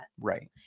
Right